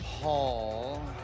Paul